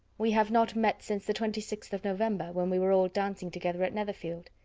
we have not met since the twenty sixth of november, when we were all dancing together at netherfield.